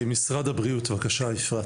משרד הבריאות, בבקשה אפרת.